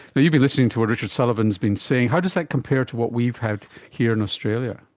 but you've been listening to what richard sullivan has been saying. how does that compare to what we've had here in australia?